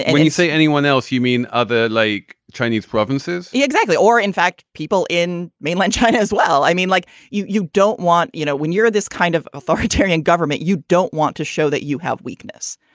and you you say anyone else, you mean other like chinese provinces exactly. or in fact, people in mainland china as well. i mean, like you you don't want you know, when you're this kind of authoritarian government, you don't want to show that you have weakness.